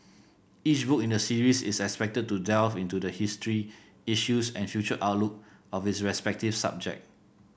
each book in the series is expected to delve into the history issues and future outlook of its respective subject